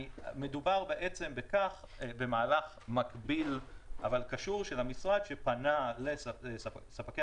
מדובר במהלך מקביל אבל קשור של המשרד שפנה לספקי